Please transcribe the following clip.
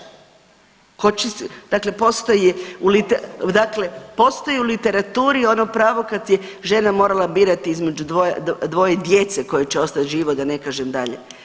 Hoće se, dakle postoji u, dakle postoji u literaturi ono pravo kad je žena morala birati između dvoje djece koje će ostat živo, da ne kažem dalje.